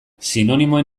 sinonimoen